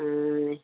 ம்